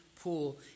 pool